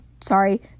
sorry